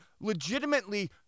legitimately